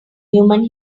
human